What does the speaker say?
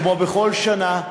כמו בכל שנה,